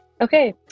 Okay